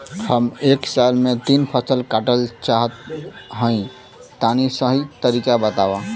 हम एक साल में तीन फसल काटल चाहत हइं तनि सही तरीका बतावा?